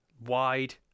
wide